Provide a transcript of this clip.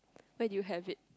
when you have it